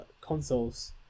consoles